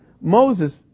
Moses